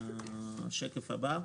נעבור לשקף האחרון